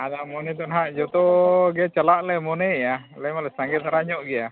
ᱟᱫᱚ ᱢᱚᱱᱮ ᱫᱚ ᱱᱟᱦᱟᱜ ᱡᱚᱛᱚ ᱜᱮ ᱪᱟᱞᱟᱜ ᱞᱮ ᱢᱚᱱᱮᱭᱮᱜᱼᱟ ᱥᱟᱸᱜᱮ ᱢᱟᱞᱮ ᱥᱟᱸᱜᱮ ᱫᱷᱟᱨᱟ ᱧᱚᱜ ᱜᱮᱭᱟ